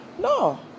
no